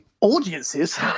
audiences